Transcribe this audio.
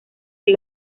del